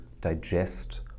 digest